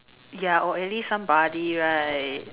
ya or at least somebody right